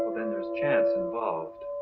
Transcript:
then there's chance involved.